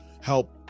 help